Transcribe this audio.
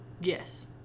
Yes